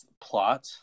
plot